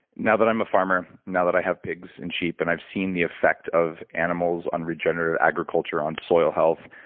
now that i'm a farmer, now that i have pigs and sheep, and i've seen the effect of animals on regenerative agriculture on soil health,